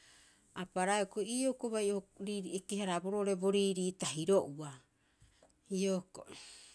a paraea hiokoi, ii'oo hioko'i bai o eke- haraaboro oo'ore bo riirii tahiro'oa. Hioko'i.